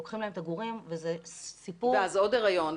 לוקחים להן את הגורים וזה סיפור -- ואז עוד הריון,